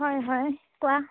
হয় হয় কোৱা